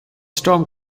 storm